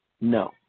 No